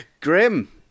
Grim